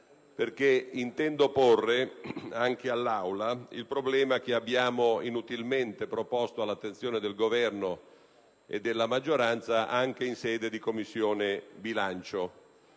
perché intendo porre anche in Aula il problema che abbiamo inutilmente proposto all'attenzione del Governo e della maggioranza in sede di Commissione bilancio.